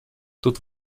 тут